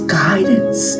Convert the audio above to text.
guidance